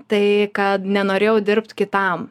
tai kad nenorėjau dirbt kitam